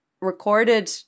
recorded